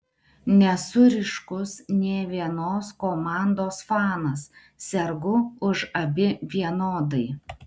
nesu ryškus nė vienos komandos fanas sergu už abi vienodai